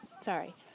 sorry